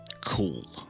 cool